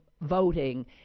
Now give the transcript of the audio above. voting